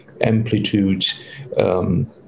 amplitude